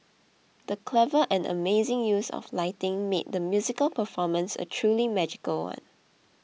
the clever and amazing use of lighting made the musical performance a truly magical one